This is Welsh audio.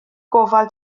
gofal